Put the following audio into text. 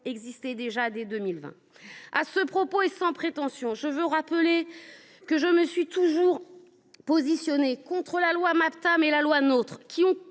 existaient déjà en 2020. À ce propos, et sans prétention, je veux rappeler que je me suis toujours positionnée contre la loi du 27 janvier